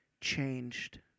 changed